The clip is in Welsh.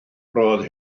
roedd